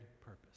purpose